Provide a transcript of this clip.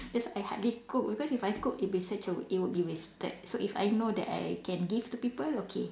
that's why I hardly cook because if I cook it'll be such a wa~ it will be wasted so if I know that I can give to people okay